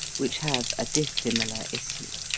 which have a dissimilar issue.